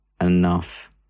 enough